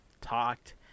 talked